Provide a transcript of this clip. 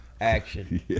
action